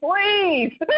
please